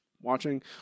watching